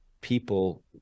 people